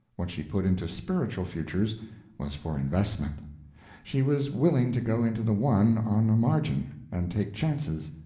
what she put into spiritual futures was for investment she was willing to go into the one on a margin, and take chances,